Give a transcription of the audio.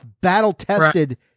battle-tested